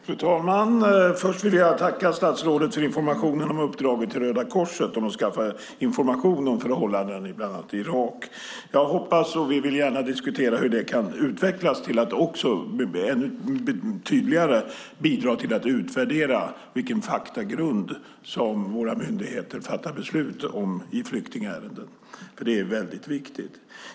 Fru talman! Först vill jag tacka statsrådet för informationen om uppdraget till Röda Korset om att skaffa information om förhållandena i bland annat Irak. Vi vill gärna diskutera hur det kan utvecklas till att ännu tydligare bidra till att utvärdera vilken faktagrund som våra myndigheter fattar beslut på i flyktingärenden, för det är väldigt viktigt.